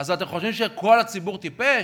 אז אתם חושבים שכל הציבור טיפש?